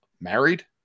married